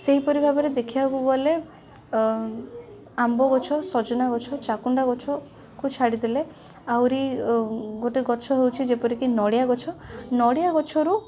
ସେଇପରି ଭାବରେ ଦେଖିବାକୁ ଗଲେ ଅ ଆମ୍ବ ଗଛ ସଜନା ଗଛ ଚାକୁଣ୍ଡା ଗଛକୁ ଛାଡ଼ି ଦେଲେ ଆହୁରି ଗୋଟେ ଗଛ ହେଉଛି ଯେପରିକି ନଡ଼ିଆ ଗଛ ନଡ଼ିଆ ଗଛରୁ